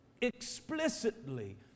explicitly